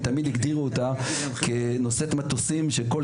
תמיד הגדירו אותה כנושאת מטוסים שבכל